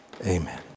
Amen